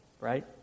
right